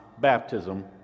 baptism